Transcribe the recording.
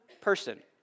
person